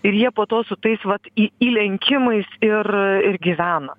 ir jie po to su tais vat į įlenkimais ir gyvena